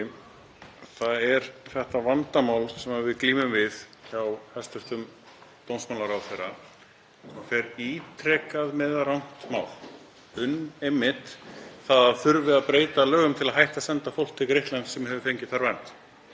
Það er þetta vandamál sem við glímum við hjá hæstv. dómsmálaráðherra sem fer ítrekað með rangt mál um einmitt að það þurfi að breyta lögum til að hætta að senda fólk til Grikklands sem fengið hefur þar vernd.